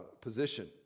position